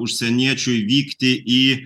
užsieniečiui vykti į